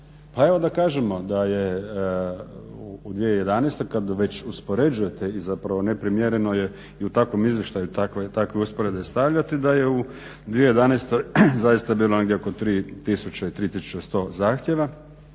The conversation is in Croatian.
Pa evo da kažemo da je u 2011.kada već uspoređujete i neprimjereno je u takvom izvještaju takve usporedbe stavljati da je u 2011.zaista bilo negdje oko 3000, 3100 zahtjeva